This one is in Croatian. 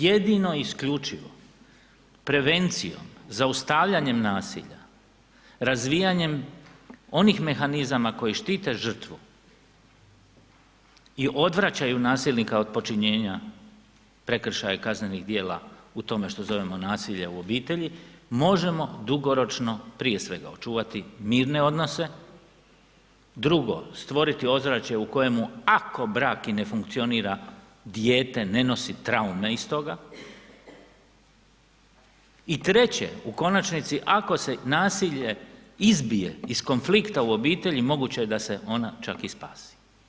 Jedino isključivo prevencijom, zaustavljanjem nasilja, razvijanjem onih mehanizama koji štite žrtvu i odvraćaju nasilnika od počinjenja prekršaja kaznenih djela u tome što zovemo nasilje u obitelji, možemo dugoročno prije svega očuvati mirne odnose, drugo, stvoriti ozračje u kojemu ako brak i ne funkcionira dijete ne nosi traume iz toga i treće u konačnici, ako se nasilje izbije iz konflikta u obitelji moguće je da se ona čak i spasi.